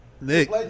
Nick